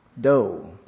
dough